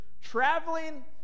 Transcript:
traveling